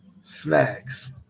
snacks